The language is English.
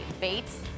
Bates